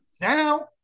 Now